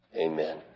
Amen